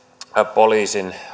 poliisin